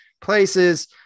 places